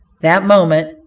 that moment,